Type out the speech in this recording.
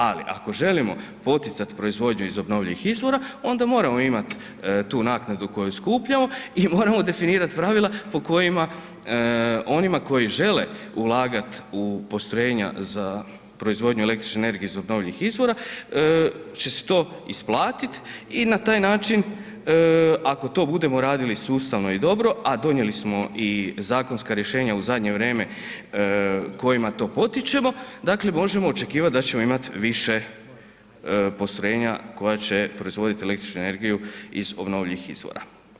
Ali ako želimo poticati proizvodnju iz obnovljivih izvora onda moramo imati tu naknadu koju skupljamo i moramo definirati pravila po kojima onima koji žele ulagati u postrojenja za proizvodnju električne energije iz obnovljivih izvora će se to isplatiti i na taj način ako to budemo radili sustavno i dobro a donijeli smo i zakonska rješenja u zadnje vrijeme kojima to potičemo, dakle možemo očekivati da ćemo imati više postrojenja koja će proizvoditi električnu energiju iz obnovljivih izvora.